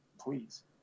please